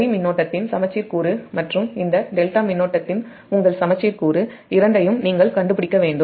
வரி மின்னோட்டத்தின் சமச்சீர் கூறு மற்றும் இந்த ∆ மின்னோட்டத்தின் உங்கள் சமச்சீர் கூறு இரண்டையும் நீங்கள் கண்டுபிடிக்க வேண்டும்